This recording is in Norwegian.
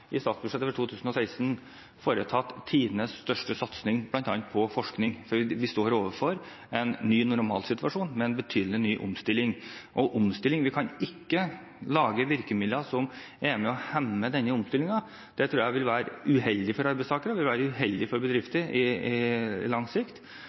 i statsbudsjettet for 2016 foretatt tidenes største satsing bl.a. på forskning, for vi står overfor en ny normalsituasjon med en betydelig ny omstilling, og vi kan ikke lage virkemidler som hemmer denne omstillingen. Det tror jeg ville være uheldig for arbeidstakere, det ville være uheldig for bedrifter på lang sikt.